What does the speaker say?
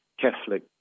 Catholic